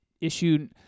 issue